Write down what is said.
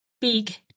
big